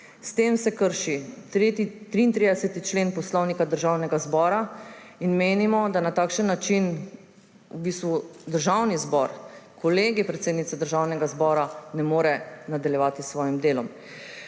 S tem se krši 33. člen Poslovnika Državnega zbora in menimo, da na takšen način Državni zbor, Kolegij predsednice Državnega zbora ne more nadaljevati s svojim delom.